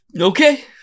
Okay